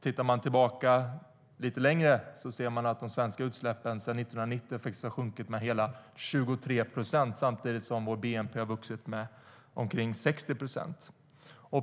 Tittar man tillbaka lite längre ser man att de svenska utsläppen sedan 1990 har sjunkit med hela 23 procent samtidigt som vår bnp vuxit med omkring 60 procent.